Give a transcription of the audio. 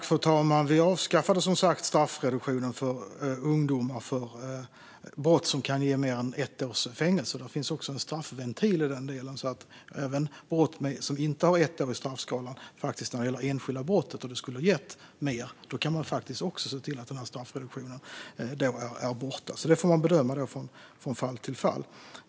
Fru talman! Vi avskaffade som sagt straffreduktionen för ungdomar för brott som kan ge mer än ett års fängelse. Det finns också en straffventil i den delen, så att man faktiskt kan se till att straffreduktionen är borta även vid brott som inte har ett år i straffskalan - det gäller när det enskilda brottet skulle gett mer. Det får man bedöma från fall till fall.